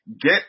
get